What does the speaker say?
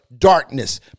darkness